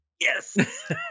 Yes